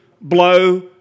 blow